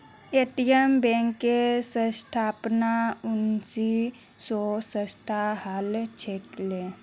Indian बैंकेर स्थापना उन्नीस सौ सातत हल छिले